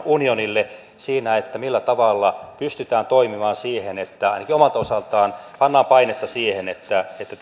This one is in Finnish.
unionille siinä millä tavalla pystytään toimimaan siinä että ainakin omalta osalta pannaan painetta siihen että että